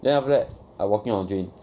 then after that I walking on drain